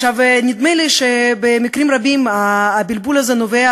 נדמה לי שבמקרים רבים הבלבול הזה נובע